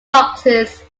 boxes